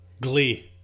glee